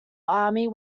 army